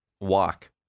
Walk